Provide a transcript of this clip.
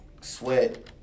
Sweat